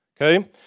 okay